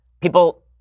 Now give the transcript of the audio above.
People